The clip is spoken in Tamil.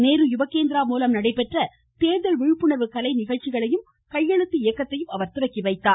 நேரு யுவகேந்திரா மூலம் நடைபெற்ற தேர்தல் விழிப்புணர்வு கலை நிகழ்ச்சியையும் கையெழுத்து இயக்கத்தையும் அவர் துவக்கிவைத்தார்